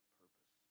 purpose